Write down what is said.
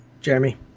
Jeremy